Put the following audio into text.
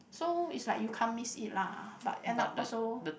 so is like you can't miss it lah but end up also